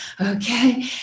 okay